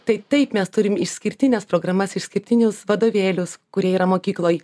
tai taip mes turim išskirtines programas išskirtinius vadovėlius kurie yra mokykloj